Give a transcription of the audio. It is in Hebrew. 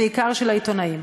בעיקר של העיתונאים.